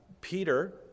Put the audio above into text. Peter